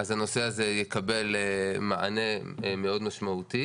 אז הנושא הזה יקבל מענה מאוד משמעותי